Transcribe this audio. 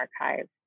archives